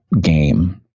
game